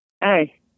Hey